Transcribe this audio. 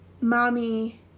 mommy